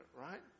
right